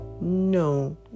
No